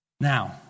Now